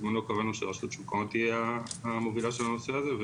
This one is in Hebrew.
בזמנו קבענו שרשות שוק ההון תהיה המובילה של הנושא הזה.